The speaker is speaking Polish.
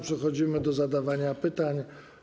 Przechodzimy do zadawania pytań.